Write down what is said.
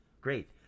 Great